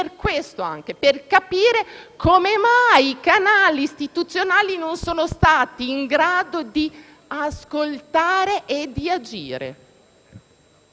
a questo, ossia capire come mai i canali istituzionali non sono stati in grado di ascoltare e agire.